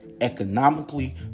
economically